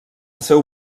seu